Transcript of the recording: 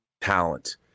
talent